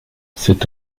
c’est